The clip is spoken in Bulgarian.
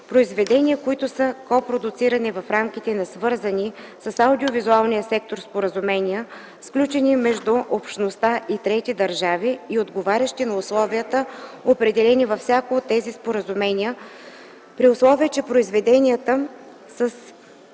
произведения, които са копродуцирани в рамките на свързани с аудиовизуалния сектор споразумения, сключени между Общността и трети държави и отговарящи на условията, определени във всяко от тези споразумения, при условие че произведенията с